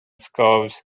scarves